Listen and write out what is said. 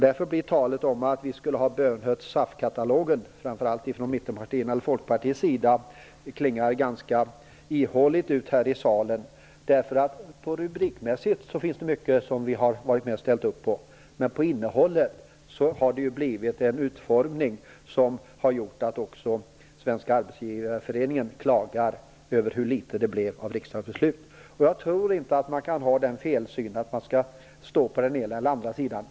Därför klingar talet om att framför allt mittenpartierna eller Folkpartiet skulle ha bönhört kraven i SAF-katalogen ganska ihåligt här i salen. Rubrikmässigt finns det mycket som vi har ställt upp på, men innehållet har fått en utformning som har gjort att också Svenska arbetsgivareföreningen klagar över hur litet det blev av riksdagens beslut. Jag tror inte att man kan ha den felsynen att man skall stå på den ena eller den andra sidan.